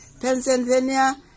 Pennsylvania